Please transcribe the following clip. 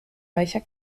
weicher